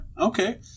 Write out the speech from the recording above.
Okay